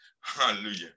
Hallelujah